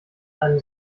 einem